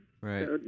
Right